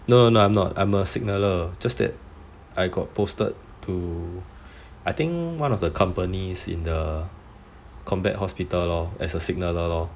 no no no I'm not I'm a signaller it's just that I got posted to I think one of the companies in the combat hospital lor as a signaller